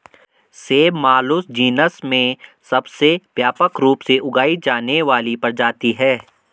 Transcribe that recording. सेब Malus genus में सबसे व्यापक रूप से उगाई जाने वाली प्रजाति है